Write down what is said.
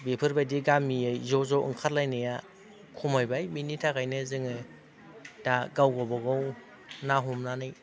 बेफोरबायदि गामियै ज'ज' ओंखारलायनाया खमायबाय बेनि थाखायनो जोंङो दा गावगाबागाव ना हमनानै